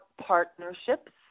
partnerships